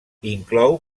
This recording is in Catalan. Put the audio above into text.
inclou